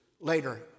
later